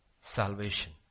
salvation